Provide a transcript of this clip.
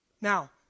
Now